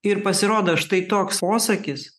ir pasirodo štai toks posakis